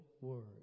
word